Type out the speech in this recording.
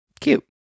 Cute